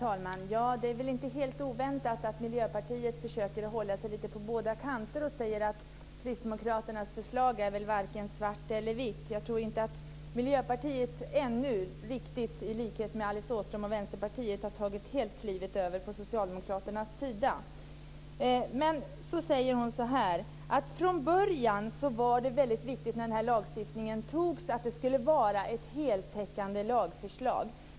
Herr talman! Det är väl inte helt oväntat att Miljöpartiet försöker att hålla sig lite på båda kanterna och säger att Kristdemokraternas förslag varken är svart eller vitt. Jag tror inte att Miljöpartiet, i likhet med Alice Åström och Vänsterpartiet, ännu helt har tagit klivet över till Socialdemokraternas sida. Kia Andreasson säger att från början när den här lagstiftningen beslutades var det väldigt viktigt att det skulle vara ett heltäckande lagförslag.